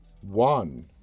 One